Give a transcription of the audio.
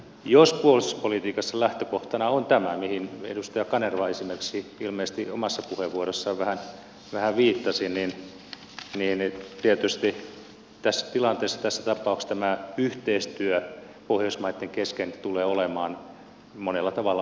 jos puolustuspolitiikassa lähtökohtana on tämä mihin edustaja kanerva esimerkiksi omassa puheenvuorossaan ilmeisesti vähän viittasi niin tietysti tässä tilanteessa tässä tapauksessa tämä yhteistyö pohjoismaitten kesken tulee olemaan monella tavalla aika rajallinen